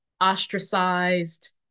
ostracized